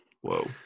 Whoa